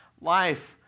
Life